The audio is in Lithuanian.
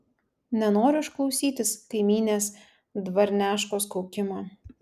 nenoriu aš klausytis kaimynės dvarneškos kaukimo